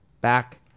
back